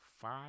five